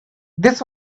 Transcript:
this